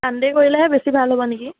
Sunday কৰিলেহে বেছি ভাল হ'ব নেকি